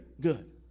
good